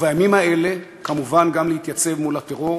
ובימים האלה כמובן גם להתייצב מול הטרור,